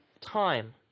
time